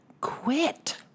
quit